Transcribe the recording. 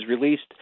released